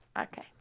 Okay